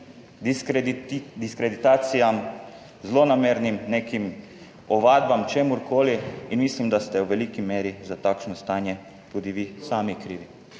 diskreditacijam, zlonamernim nekim ovadbam, čemurkoli in mislim, da ste v veliki meri za takšno stanje tudi vi sami krivi.